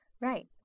Right